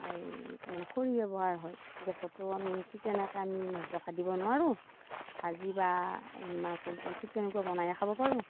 এই খৰি ব্যৱহাৰ হয় গেছতো আমি ঠিক তেনেকে আমি মাছ জকাইত দিব নোৱাৰোঁ ভাজি বা মাছৰ জোল ঠিক তেনেকুৱা বনাইয়ে খাব পাৰোঁ